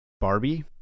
Barbie